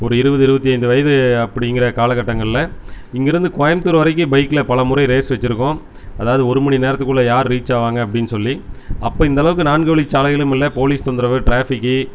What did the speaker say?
ஒரு இருபது இருபத்து ஐந்து வயது அப்படிங்கிற காலக்கட்டங்களில் இங்கிருந்து கோயம்புத்தூர் வரைக்கும் பைக்கில் பல முறை ரேஸ் வெச்சுருக்கோம் அதாவது ஒரு மணி நேரத்துக்குள் யார் ரீச்சாவாங்க அப்டின்னு சொல்லி அப்போ இந்த அளவுக்கு நான்கு வழி சாலைகளும் இல்லை போலீஸ் தொந்தரவு ட்ராஃபிக்கி